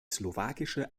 slowakische